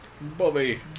Bobby